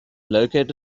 located